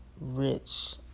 rich